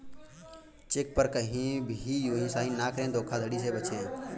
check पर कहीं भी यू हीं साइन न करें धोखाधड़ी से बचे